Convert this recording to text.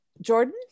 Jordan